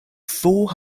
four